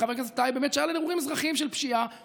כי חבר הכנסת טייב שאל על אירועים אזרחיים של פשיעה